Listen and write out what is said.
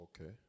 Okay